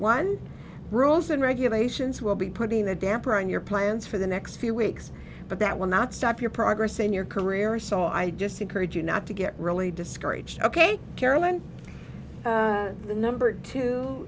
one rules and regulations will be putting a damper on your plans for the next few weeks but that will not stop your progress in your career so i just encourage you not to get really discouraged ok carolyn the number t